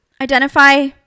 identify